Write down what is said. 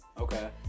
okay